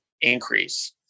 increase